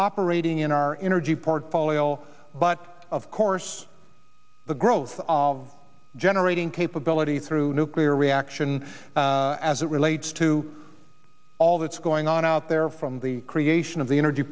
operating in our energy portfolio but of course the growth of generating capability through nuclear reaction as it relates to all that's going on out there from the creation of the ener